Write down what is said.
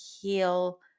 heal